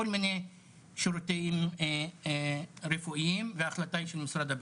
מיני שירותים רפואיים וההחלטה היא של משרד הבריאות.